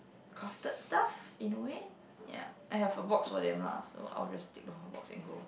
crafted stuff in a way ya I have a box for them lah so I will just take the whole box and go